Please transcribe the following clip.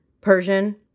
Persian